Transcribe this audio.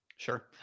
Sure